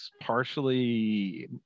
partially